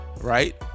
right